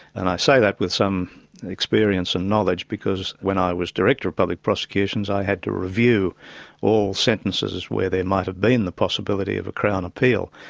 and i say that with some experience and knowledge because when i was director of public prosecutions, i had to review all sentences where there might have been the possibility of a crown appeal,